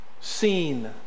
seen